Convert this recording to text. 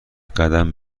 قدم